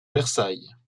versailles